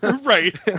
right